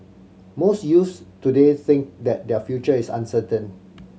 most youths today think that their future is uncertain